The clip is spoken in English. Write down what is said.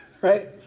right